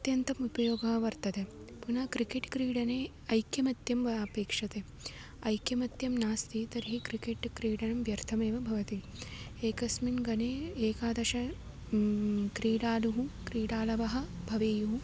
अत्यन्तम् उपयोगः वर्तते पुनः क्रिकेट् क्रीडने ऐक्यमत्यं वा अपेक्ष्यते ऐक्यमत्यं नास्ति तर्हि क्रिकेट् क्रीडनं व्यर्थमेव भवति एकस्मिन् गणे एकादश क्रीडालवः क्रीडालवः भवेयुः